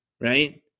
right